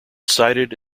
cited